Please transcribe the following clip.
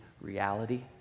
reality